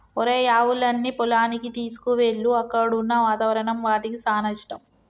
ఒరేయ్ ఆవులన్నీ పొలానికి తీసుకువెళ్ళు అక్కడున్న వాతావరణం వాటికి సానా ఇష్టం